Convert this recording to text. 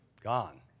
gone